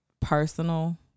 Personal